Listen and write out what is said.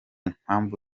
mpamvu